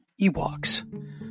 Ewoks